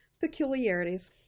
peculiarities